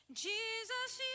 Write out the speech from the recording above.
Jesus